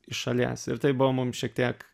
iš šalies ir tai buvo mum šiek tiek